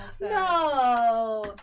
No